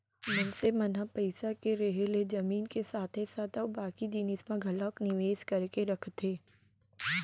मनसे मन ह पइसा के रेहे ले जमीन के साथे साथ अउ बाकी जिनिस म घलोक निवेस करके रखथे